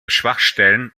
schwachstellen